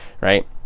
Right